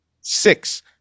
Six